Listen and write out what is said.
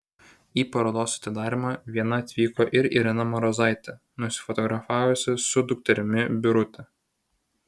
į parodos atidarymą viena atvyko ir irena marozienė nusifotografavusi su dukterimi birute